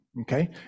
okay